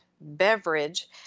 beverage